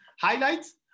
highlights